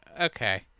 okay